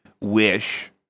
wish